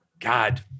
God